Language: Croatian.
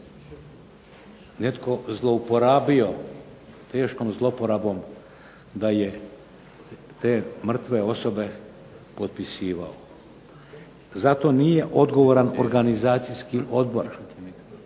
netko zlouporabio teškom zlouporabom da je te mrtve osobe potpisivao. Za to nije odgovoran Organizacijski odbor